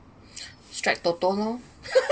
strike TOTO lor